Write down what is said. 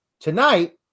Tonight